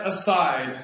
aside